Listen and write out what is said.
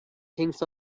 thinks